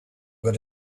got